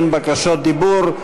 אין בקשות דיבור.